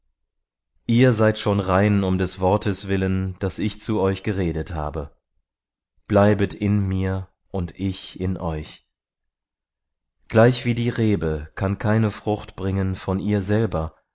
ihr seid schon rein um des wortes willen das ich zu euch geredet habe bleibet in mir und ich in euch gleichwie die rebe kann keine frucht bringen von ihr selber